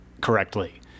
correctly